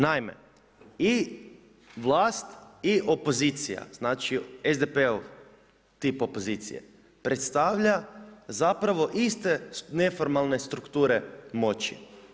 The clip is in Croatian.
Naime, i vlasti i opozicija, znači SDP-ov tip opozicije predstavlja zapravo iste neformalne strukture moći.